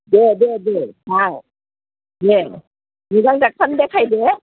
दे दे दे नाय दे मोजां ड'क्टारनो देखाय दे